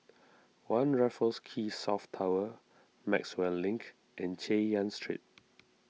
one Raffles Quay South Tower Maxwell Link and Chay Yan Street